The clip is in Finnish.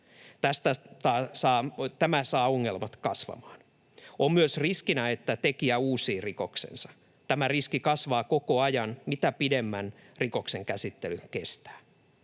Tämä saa ongelmat kasvamaan. On myös riskinä, että tekijä uusii rikoksensa. Tämä riski kasvaa koko ajan, mitä pidempään rikoksen käsittely kestää.